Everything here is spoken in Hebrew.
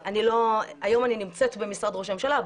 היום אני נמצאת במשרד ראש הממשלה,